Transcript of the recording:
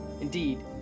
indeed